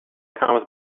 comes